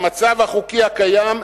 במצב החוקי הקיים,